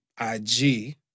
IG